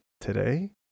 today